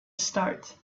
start